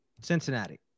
Cincinnati